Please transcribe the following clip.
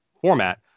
format